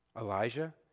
Elijah